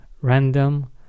random